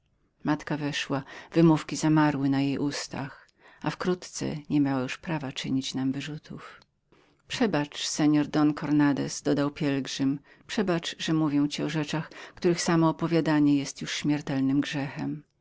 matka weszła wymówki zamarły na jej ustach wkrótce nie miała prawa czynienia nam wyrzutów przebacz seorze don cornandez dodał pielgrzym przebacz że mówię ci o rzeczach których samo opowiadanie jest już śmiertelnym grzechem